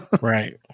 Right